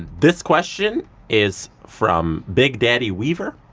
this question is from big daddy weaver.